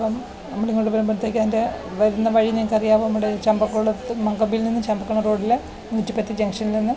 അപ്പം നമ്മളിങ്ങോട്ടു വരുമ്പോഴത്തേക്ക് എൻ്റെ വരുന്ന വഴി നിങ്ങക്കറിയാമോ നമ്മുടെ ചമ്പക്കുളത്ത് മാങ്കൊമ്പിൽ നിന്ന് ചമ്പക്കുളം റോഡിൽ നൂറ്റിപ്പത്ത് ജംഗ്ഷനിൽ നിന്ന്